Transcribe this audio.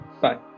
Bye